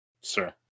Sir